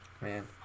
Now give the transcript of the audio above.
Man